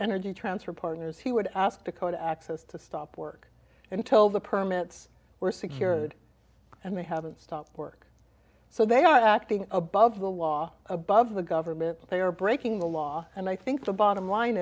energy transfer partners he would ask dakota access to stop work until the permits were secured and they haven't stopped work so they are acting above the law above the government they are breaking the law and i think the bottom line